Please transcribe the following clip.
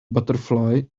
butterfly